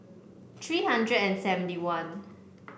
three hundred and seventy one